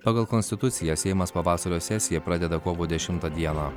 pagal konstituciją seimas pavasario sesiją pradeda kovo dešimtą dieną